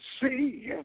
see